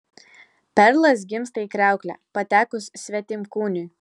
perlas gimsta į kriauklę patekus svetimkūniui